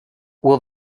will